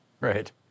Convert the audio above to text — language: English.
Right